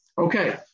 Okay